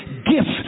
gift